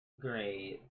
Great